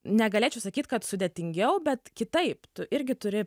negalėčiau sakyt kad sudėtingiau bet kitaip tu irgi turi